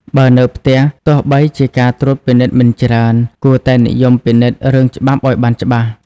បើនៅផ្ទះទោះបីជាការត្រួតពិនិត្យមិនច្រើន គួរតែនិយមពិនិត្យរឿងច្បាប់ឲ្យបានច្បាស់។